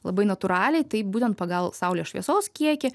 labai natūraliai taip būtent pagal saulės šviesos kiekį